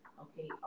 okay